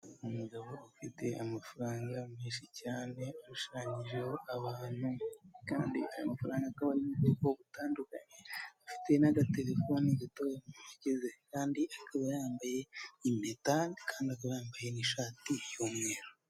Umugabo ufite amafaranga menshi cyane ashushanyijeho abantu, kandi aya mafaranga akaba ari mu ubwoko butandukanye afite n'agatelefoni gato mu ntoki ze kandi akaba yambaye impeta kandi akaba yambaye n'ishati y'umweru.